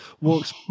walks